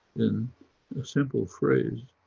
in a simple phrase,